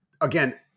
again